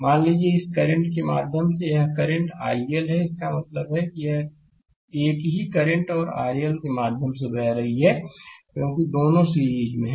मान लीजिए इस करंट के माध्यम से करंट यह iL है इसका मतलब है एक ही करंट और RL के माध्यम से बह रही है क्योंकि दोनों सीरीज में हैं